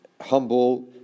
humble